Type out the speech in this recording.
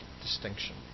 distinction